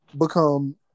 become